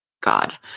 God